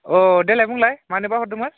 अ देलाय बुंलाय मानोबा हरदोमोन